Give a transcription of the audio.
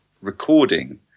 recording